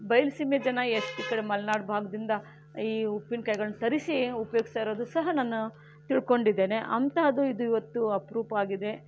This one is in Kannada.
ಬಯಲುಸೀಮೆ ಜನ ಎಷ್ಟು ಈ ಕಡೆ ಮಲೆನಾಡು ಭಾಗದಿಂದ ಈ ಉಪ್ಪಿನಕಾಯಿಗಳನ್ನು ತರಿಸಿ ಉಪಯೋಗಿಸ್ತಾ ಇರೋದು ಸಹ ನಾನು ತಿಳ್ಕೊಂಡಿದ್ದೇನೆ ಅಂತಹದು ಇದು ಇವತ್ತು ಅಪರೂಪವಾಗಿದೆ